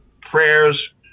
prayers